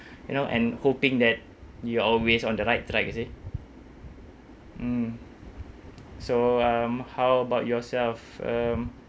you know and hoping that you're always on the right track you see um so um how about yourself um